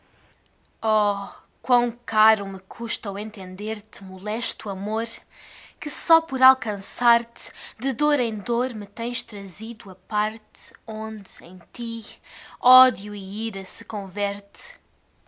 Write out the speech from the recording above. quão caro me custa o entender te molesto amor que só por alcançar te de dor em dor me tens trazido a parte onde em ti ódio e ira se converte